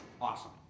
awesome